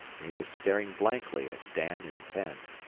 and he was staring blankly at dan and penn.